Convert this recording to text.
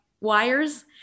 wires